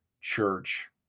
church